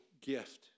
gift